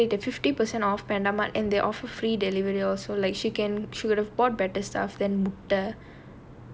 but I feel like it's great to fifty percent of PandaMART and they offer free delivery also like she can should have broad better stuff than the